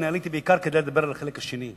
אני עליתי בעיקר כדי לדבר על החלק השני,